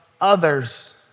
others